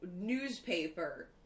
newspaper